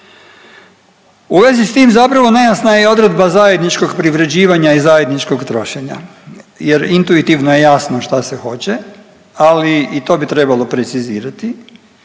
U vezi s tim zapravo nejasna je i odredba zajedničkog privređivanja i zajedničkog trošenja jer intuitivno je jasno šta se hoće ali i to bi trebalo precizirati